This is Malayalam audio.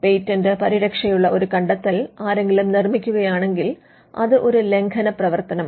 പേറ്റന്റ് പരിരക്ഷയുള്ള ഒരു കണ്ടെത്തൽ ആരെങ്കിലും നിർമ്മിക്കുകയാണെങ്കിൽ അത് ഒരു ലംഘന പ്രവർത്തനമാണ്